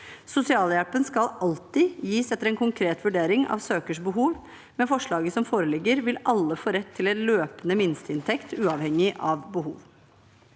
Sosialhjelpen skal alltid gis etter en konkret vurdering av søkers behov, men med forslaget som foreligger, vil alle få rett til en løpende minsteinntekt uavhengig av behov.